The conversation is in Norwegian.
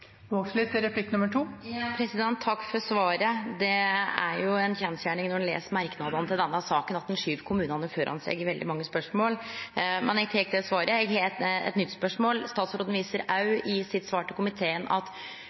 Takk for svaret. Det er ei kjensgjerning, når ein les merknadene til denne saka, at ein skyv kommunane framfor seg i veldig mange spørsmål. Men eg tek det svaret. Eg har eit nytt spørsmål: Statsråden viser òg i sitt svar til komiteen til at